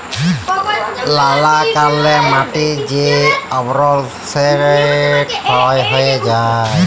লালা কারলে মাটির যে আবরল সেট ক্ষয় হঁয়ে যায়